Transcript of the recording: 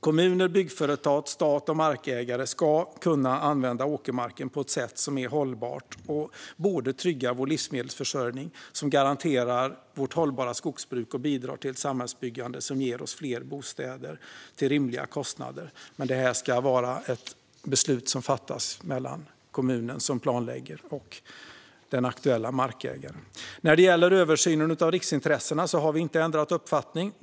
Kommuner, byggföretag, stat och markägare ska kunna använda åkermarken på ett sätt som är hållbart och tryggar vår livsmedelsförsörjning, garanterar vårt hållbara skogsbruk och bidrar till ett samhällsbyggande som ger oss fler bostäder till rimliga kostnader. Detta ska dock vara ett beslut mellan kommunen som planlägger och den aktuella markägaren. När det gäller översynen av riksintressena har vi inte ändrat uppfattning.